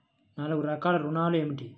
నాలుగు రకాల ఋణాలు ఏమిటీ?